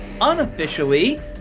unofficially